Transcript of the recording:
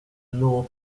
law